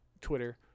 Twitter